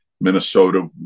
Minnesota